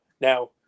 now